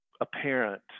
apparent